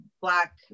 Black